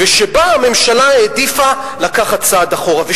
ושבה הממשלה העדיפה לקחת צעד אחורה,